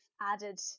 added